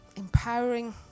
empowering